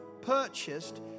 purchased